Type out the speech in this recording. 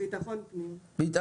ביטחון פנים.